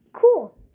Cool